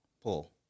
pull